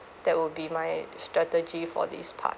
that would be my strategy for these part